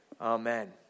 Amen